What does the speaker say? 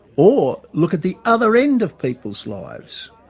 or look at the other end of people's lives.